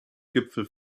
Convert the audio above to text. gipfel